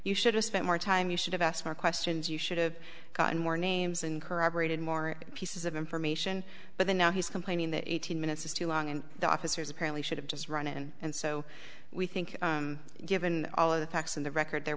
you should have spent more time you should have asked more questions you should've gotten more names and corroborated more pieces of information but the now he's complaining that eighteen minutes is too long and the officers apparently should have just run it in and so we think given all of the facts in the record there